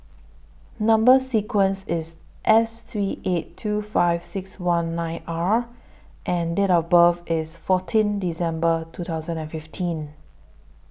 Number sequence IS S three eight two five six one nine R and Date of birth IS fourteen December two thousand and fifteen